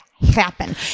Happen